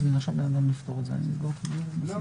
הבא.